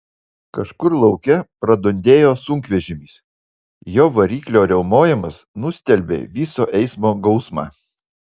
kažkur lauke pradundėjo sunkvežimis jo variklio riaumojimas nustelbė viso eismo gausmą